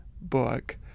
book